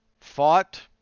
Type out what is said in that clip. fought